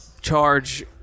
charge